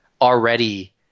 already